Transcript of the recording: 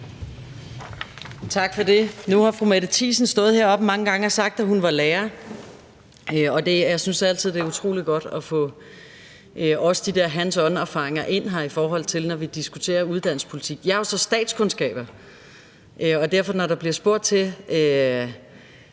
Tak for det. Nu har fru Mette Thiesen mange gange stået heroppe og sagt, at hun er lærer. Jeg synes altid, det er utrolig godt også at få de der hands on-erfaringer ind, når vi diskuterer uddannelsespolitik. Jeg er så statskundskaber, og når der bliver spurgt til,